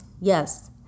Yes